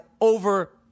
over